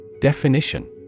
Definition